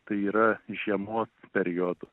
tai yra žiemos periodu